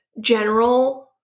general